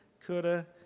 coulda